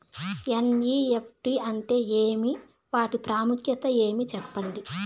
NEFT అంటే ఏమి వాటి ప్రాముఖ్యత ఏమి? సెప్పండి?